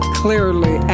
clearly